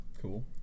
Cool